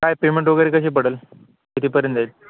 काय पेमेंट वगैरे कशी पडेल कितीपर्यंत जाईल